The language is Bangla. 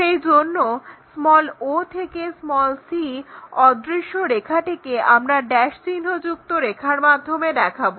সেই জন্য o থেকে c অদৃশ্য রেখাটিকে আমরা ড্যাশ চিহ্নযুক্ত রেখার মাধ্যমে দেখাবো